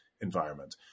environment